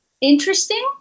interesting